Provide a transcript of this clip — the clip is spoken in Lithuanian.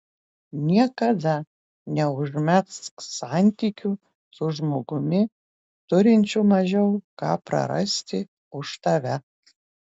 niekada neužmegzk santykių su žmogumi turinčiu mažiau ką prarasti už tave